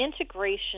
integration